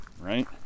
right